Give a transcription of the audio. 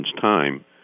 time